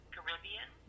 Caribbean